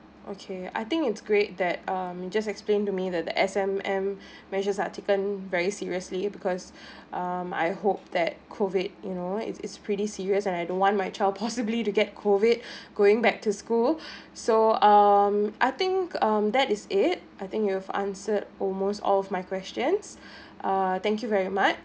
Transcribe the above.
okay I think it's great that um just explain to me that the S_M_M measures are taken very seriously because um I hope that COVID you know it's it's pretty serious and I don't want my child possibly to get COVID going back to school so um I think um that is it I think you've answered almost all of my questions uh thank you very much